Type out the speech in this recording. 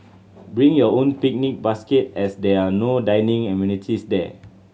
bring your own picnic basket as there are no dining amenities there